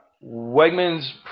Wegman's